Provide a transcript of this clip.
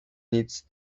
nic